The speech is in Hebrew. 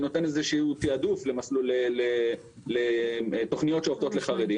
אני נותן איזה שהוא תיעדוף לתוכניות שעובדות לחרדים.